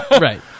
right